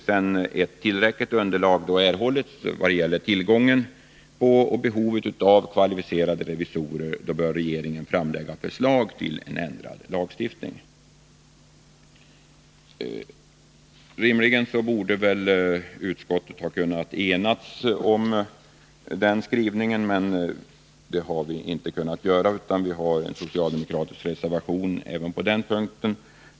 Sedan tillräckligt underlag erhållits när det gäller tillgången på och behovet av kvalificerade revisorer bör regeringen framlägga förslag till ändrad lagstiftning. Rimligen borde utskottet ha kunnat enas om den skrivningen, men det har vi inte kunnat göra, utan vi har en socialdemokratisk reservation även på den punkten.